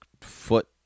foot